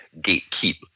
gatekeep